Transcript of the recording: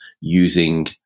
using